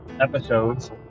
episodes